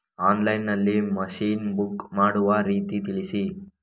Online ನಲ್ಲಿ machine book ಮಾಡುವ ರೀತಿ ತಿಳಿಸಿ?